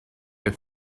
the